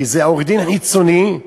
כי זה עורך-דין חיצוני,